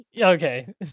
Okay